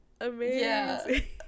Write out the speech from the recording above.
Amazing